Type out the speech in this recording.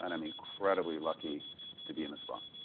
and i'm incredibly lucky to be in this spot.